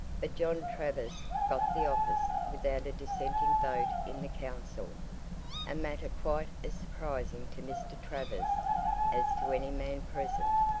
but john travers got the office without a dissenting vote in the council a matter quite as surprising to mr. travers as to any man present.